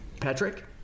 Patrick